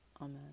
Amen